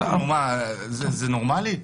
זה נורמלי?